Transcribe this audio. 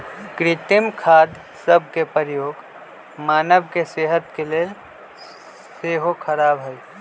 कृत्रिम खाद सभ के प्रयोग मानव के सेहत के लेल सेहो ख़राब हइ